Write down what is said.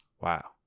wow